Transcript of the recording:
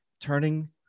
turning